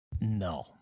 No